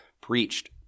preached